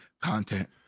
content